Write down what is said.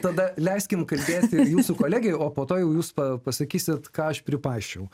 tada leiskim kalbėti ir jūsų kolegei o po to jau jūs pa pasakysit ką aš pripaisčiau